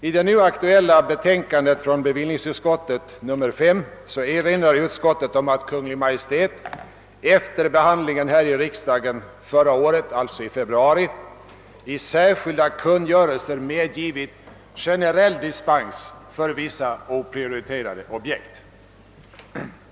I sitt nu aktuella betänkande nr 5 erinrar = bevillningsutskottet om = att Kungl. Maj:t efter behandlingen i riksdagen i februari förra året i särskilda kungörelser dock medgivit generell dispens för vissa oprioriterade objekt.